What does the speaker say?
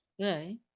right